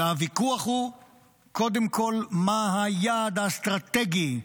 אלא הוויכוח הוא קודם כול מה היעד האסטרטגי,